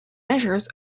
measures